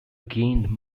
gained